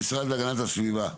גילי צימנד מהמשרד להגנת הסביבה,